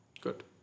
good